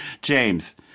James